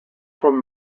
from